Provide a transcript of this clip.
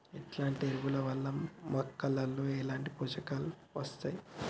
ఎట్లాంటి ఎరువుల వల్ల మొక్కలలో ఎట్లాంటి పోషకాలు వత్తయ్?